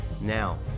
Now